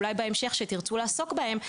אוי בהמשך כשתרצו לעסוק בהם,